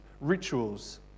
rituals